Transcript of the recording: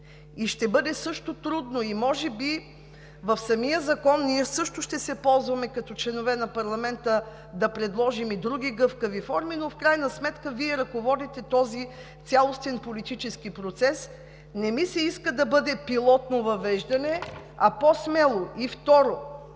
и ще бъде също трудно. Може би в самия закон – ние също като членове на парламента ще се ползваме да предложим и други гъвкави форми, но в крайна сметка Вие ръководите този цялостен политически процес. Не ми се иска да бъде пилотно въвеждането, а по-смело! И второ,